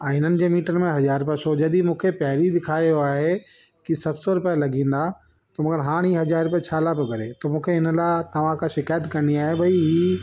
ऐं हिननि जे मीटर में हज़ार रुपया शो जॾहिं मूंखे पहिरीं ॾेखारियो आहे कि सत सौ रुपया लॻंदा त मूंखा हाणे हज़ार रुपया छा लाइ पोइ घुरे त मूंखे हिन लाइ तव्हांखा शिकाइत करणी आहे भई हीअं